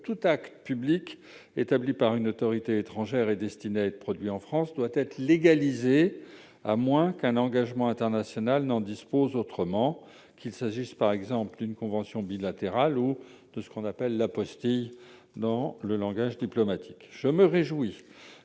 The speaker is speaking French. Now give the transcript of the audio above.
tout acte public établi par une autorité étrangère et destiné à être produit en France [...] doit être légalisé », à moins qu'un engagement international n'en dispose autrement. Il peut s'agir d'une convention bilatérale ou de la convention dite apostille en langage diplomatique. Je me réjouis